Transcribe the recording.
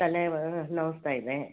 ತಲೆ ಮಾ ನೋವ್ತಾಯಿದೆ